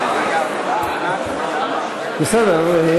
בסדר.